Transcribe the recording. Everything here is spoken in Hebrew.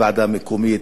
אין ועדת ערר,